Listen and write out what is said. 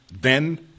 then-